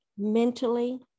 mentally